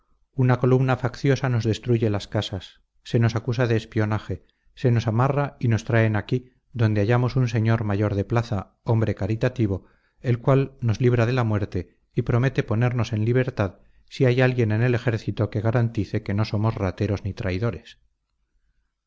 una columna facciosa nos destruye las casas se nos acusa de espionaje se nos amarra y nos traen aquí donde hallamos un señor mayor de plaza hombre caritativo el cual nos libra de la muerte y promete ponernos en libertad si hay alguien en el ejército que garantice que no somos rateros ni traidores